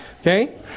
Okay